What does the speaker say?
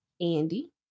Andy